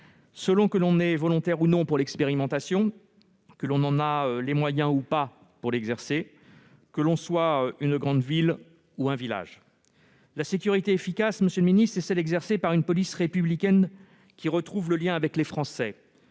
selon que l'on est volontaire ou non pour l'expérimentation, selon que l'on en a ou non les moyens, selon que l'on est une grande ville ou un village. La sécurité efficace, monsieur le ministre, c'est celle qui est exercée par une police républicaine retrouvant le lien avec les Français,